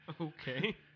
Okay